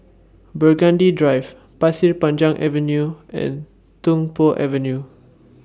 Burgundy Drive Pasir Panjang Avenue and Tung Po Avenue